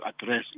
address